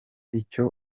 icyo